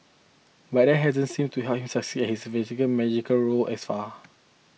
but that hasn't seemed to help him succeed at his managerial roles as far